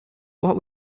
what